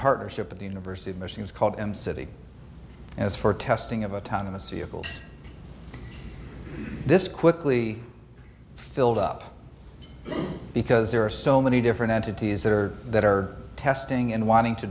partnership with the university of michigan is called and city as for testing of a town in the city of this quickly filled up because there are so many different entities that are that are testing and wanting to